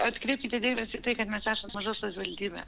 atkreipkite dėmesį į tai kad mes esam maža savivaldybė